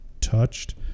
touched